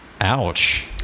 Ouch